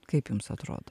kaip jums atrodo